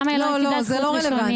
למה היא לא קיבלה זכות ראשונים?